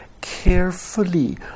carefully